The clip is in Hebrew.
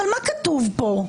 אבל מה כתוב פה?